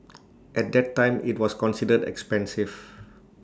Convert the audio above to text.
at that time IT was considered expensive